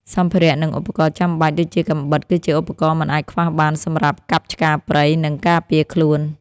សម្ភារៈ និងឧបករណ៍ចាំបាច់ ដូចជាកាំបិតគឺជាឧបករណ៍មិនអាចខ្វះបានសម្រាប់កាប់ឆ្ការព្រៃ និងការពារខ្លួន។